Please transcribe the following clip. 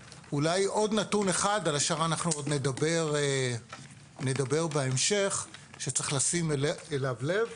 עוד נתון אחד על השאר נדבר בהמשך שצריך לשים אליו לב.